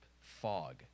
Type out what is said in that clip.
fog